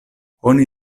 oni